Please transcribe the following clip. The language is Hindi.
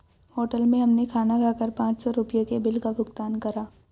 होटल में हमने खाना खाकर पाँच सौ रुपयों के बिल का भुगतान करा